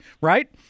right